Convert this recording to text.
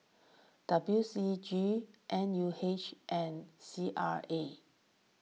W C G N U H and C R A